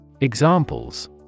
Examples